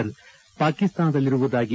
ರ್ ಪಾಕಿಸ್ತಾನದಲ್ಲಿರುವುದಾಗಿ